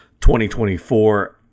2024